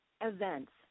events